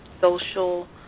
social